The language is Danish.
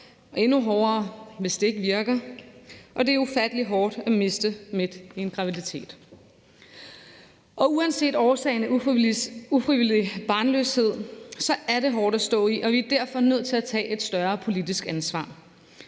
og endnu hårdere, hvis det ikke virker, og det er ufattelig hårdt at miste midt i en graviditet. Uanset årsagen til ufrivillig barnløshed er det hårdt at stå i, og vi er derfor nødt til at tage et større politisk ansvar.